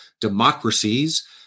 democracies